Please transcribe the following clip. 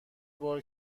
بار